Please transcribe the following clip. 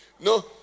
no